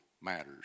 matters